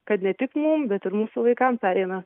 kad ne tik mum bet ir mūsų vaikam pereina